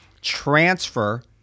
Transfer